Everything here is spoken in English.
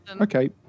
Okay